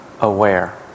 aware